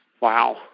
Wow